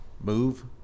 move